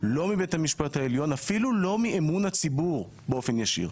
לא מבית המשפט העליון ואפילו לא מאמון הציבור באופן ישיר.